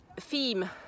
theme